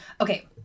Okay